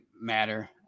matter